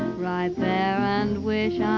right there and wish